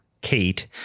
Kate